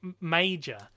major